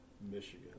Michigan